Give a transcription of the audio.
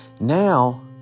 Now